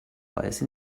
weise